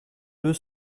deux